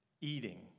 Eating